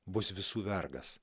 bus visų vergas